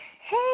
hey